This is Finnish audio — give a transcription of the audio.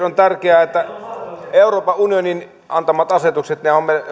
on tärkeää että euroopan unionin antamat asetukset